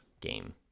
game